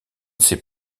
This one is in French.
sais